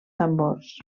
tambors